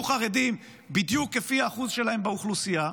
חרדים בדיוק כפי האחוז שלהם באוכלוסייה?